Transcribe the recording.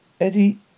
Eddie